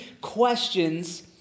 questions